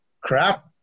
crap